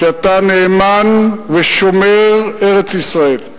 שאתה נאמן ושומר ארץ-ישראל.